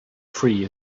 free